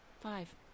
five